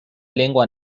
lengua